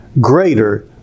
greater